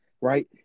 right